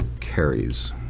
carries